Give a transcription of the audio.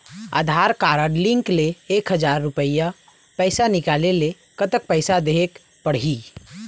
आधार card link ले एक हजार रुपया पैसा निकाले ले कतक पैसा देहेक पड़ही?